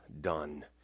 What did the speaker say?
done